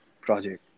project